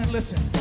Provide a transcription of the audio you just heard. Listen